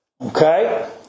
Okay